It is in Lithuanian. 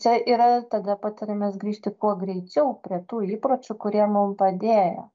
čia yra tada patarimas grįžti kuo greičiau prie tų įpročių kurie mum padėjo